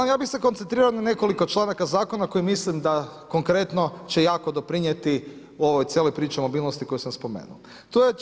No ja bi se koncentrirao na nekoliko članaka zakona koji mislim da konkretno će jako doprinijeti ovoj cijeloj priči o mobilnosti koju sam spomenuo.